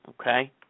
Okay